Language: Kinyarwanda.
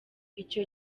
icyo